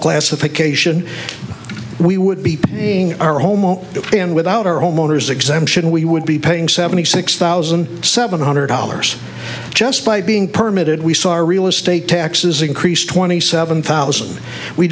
classification we would be in our home all day and without our home owner's exemption we would be paying seventy six thousand seven hundred dollars just by being permitted we saw our real estate taxes increased twenty seven thousand we